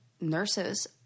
Nurses